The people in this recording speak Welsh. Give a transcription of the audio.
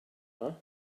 yna